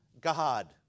God